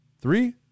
three